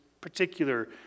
particular